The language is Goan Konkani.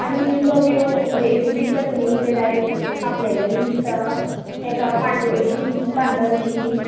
आनी नव्यो हेतून विकता तुमी डायरेक्ट कापलेले बी विकता हेका माटोळेक बीन बांदता तशी